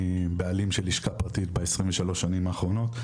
אני בעלים של לשכה פרטית בעשרים ושלוש השנים האחרונות,